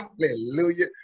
Hallelujah